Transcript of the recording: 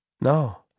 No